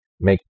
make